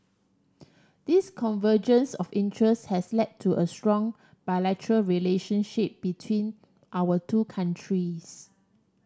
this convergence of interests has led to a strong bilateral relationship between our two countries